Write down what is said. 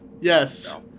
Yes